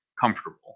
comfortable